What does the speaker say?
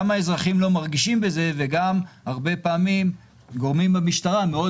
גם האזרחים לא מרגישים בזה והרבה פעמים גורמים במשטרה מאוד